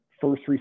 first